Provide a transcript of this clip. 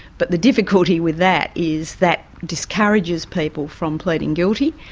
but the difficulty with that is that discourages people from pleading guilty,